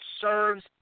serves